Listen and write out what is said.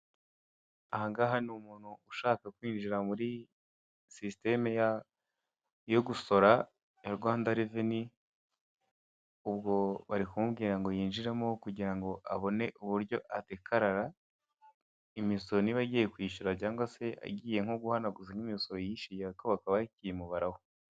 Aha ngaha ni umuntu ushaka kwinjira muri sisiteme yo gusora ya Rwanda reveni ubwo bari kumubwira ngo yinjiremo kugira ngo abone uburyo adekarara imisoro niba agiye kuyishyura cyangwa se agiye guhanaguza nk'imisoro yishyuye ariko bakaba bakiyimubara.